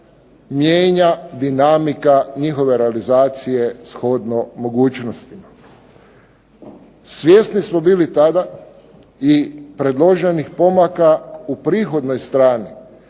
mijenja dinamika njihove realizacije shodno mogućnostima. Svjesni smo bili tada i predloženih pomaka u prihodnoj strani